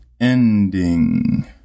ending